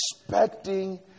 expecting